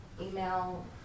email